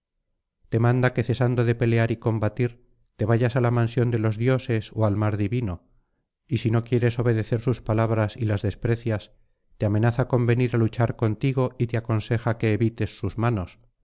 te manda que cesando de pelear y combatir te vayas á la mansión de los dioses ó al mar divino y si no quieres obedecer sus palabras y las desprecias te amenaza con venir á luchar contigo y te aconseja que evites sus manos